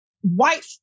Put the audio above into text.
white